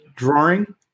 Drawing